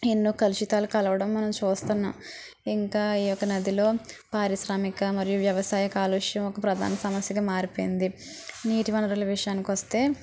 ఎన్నో కలుషితాలు కలవడం మనం చూస్తన్న ఇంకా ఈ యొక్క నదిలో పారిశ్రామిక మరియు వ్యవసాయ కాలుష్యం ఒక ప్రధాన సమస్యగా మారిపోయింది నీటివనరుల విషయానికొస్తే